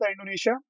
Indonesia